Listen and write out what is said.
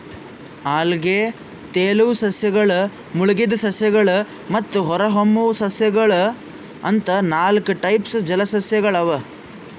ಅಲ್ಗೆ, ತೆಲುವ್ ಸಸ್ಯಗಳ್, ಮುಳಗಿದ್ ಸಸ್ಯಗಳ್ ಮತ್ತ್ ಹೊರಹೊಮ್ಮುವ್ ಸಸ್ಯಗೊಳ್ ಅಂತಾ ನಾಲ್ಕ್ ಟೈಪ್ಸ್ ಜಲಸಸ್ಯಗೊಳ್ ಅವಾ